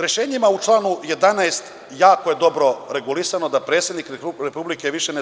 Rešenjima u članu 11. jako je dobro regulisano da predsednik Republike više